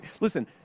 Listen